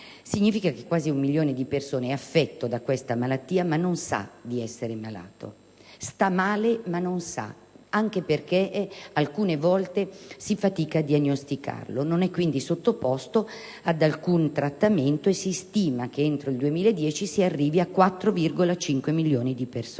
significa che quasi un milione di persone è affetto da questa malattia, ma non sa di essere malato; sta male, ma non sa di cosa, anche perché alcune volte si fatica a fare la diagnosi; non è quindi sottoposto ad alcun trattamento. Si stima che entro il 2010 in Italia si arriverà a 4,5 milioni di persone